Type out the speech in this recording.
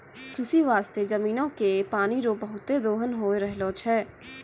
कृषि बास्ते जमीनो के पानी रो बहुते दोहन होय रहलो छै